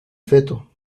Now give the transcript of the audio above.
feto